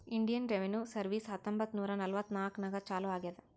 Indian revenue service ಹತ್ತೊಂಬತ್ತ್ ನೂರಾ ನಲ್ವತ್ನಾಕನಾಗ್ ಚಾಲೂ ಆಗ್ಯಾದ್